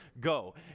Go